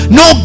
no